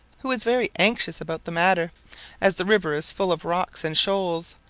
who is very anxious about the matter as the river is full of rocks and shoals,